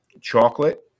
chocolate